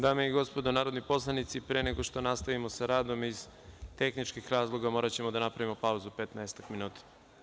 Dame i gospodo narodni poslanici, pre nego što nastavimo sa radom, iz tehničkih razloga ćemo morati da napravimo pauzu od petnaestak minuta.